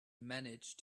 manage